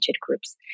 groups